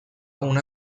una